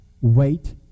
Wait